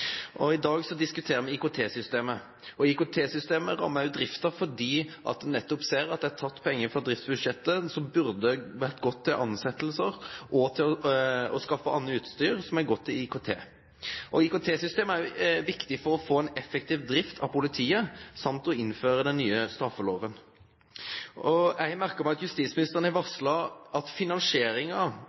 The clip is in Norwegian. I dag diskuterer vi IKT-systemet, og IKT-systemet rammer også driften fordi en nettopp ser at det er tatt penger fra driftsbudsjettet som burde ha gått til ansettelser og til å skaffe annet utstyr, som har gått til IKT. IKT-systemet er jo viktig for å få en effektiv drift av politiet samt å innføre den nye straffeloven. Fra media har jeg merket meg at justisministeren har varslet at